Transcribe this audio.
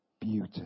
beauty